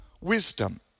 wisdom